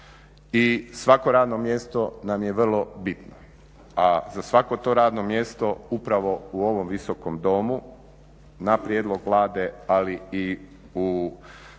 i svako radno mjesto nam je vrlo bitno a za svako to radno mjesto upravo u ovom Visokom domu na prijedlog Vlade ali i u